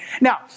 Now